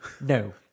No